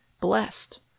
blessed